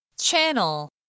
Channel